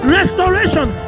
Restoration